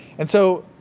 and so,